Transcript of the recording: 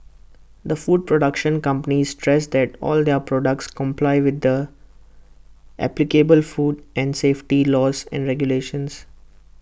the food production company stressed that all their products comply with the applicable food and safety laws and regulations